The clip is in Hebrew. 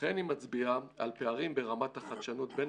וכן היא מצביעה על פערים ברמת החדשנות בין